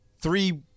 Three